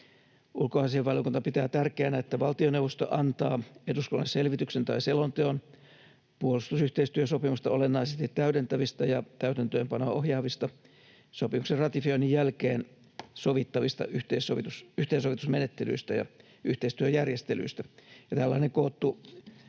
Ulkoasiainvaliokunta pitää tärkeänä, että valtioneuvosto antaa eduskunnalle selvityksen tai selonteon puolustusyhteistyösopimusta olennaisesti täydentävistä ja täytäntöönpanoa ohjaavista, sopimuksen ratifioinnin jälkeen sovittavista yhteensovitusmenettelyistä ja yhteistyöjärjestelyistä. Tällainen koottu